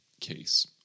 case